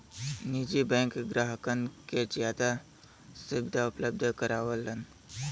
निजी बैंक ग्राहकन के जादा सुविधा उपलब्ध करावलन